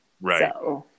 Right